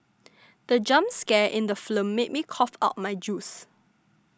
the jump scare in the film made me cough out my juice